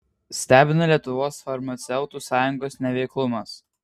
stebina lietuvos farmaceutų sąjungos neveiklumas